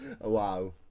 wow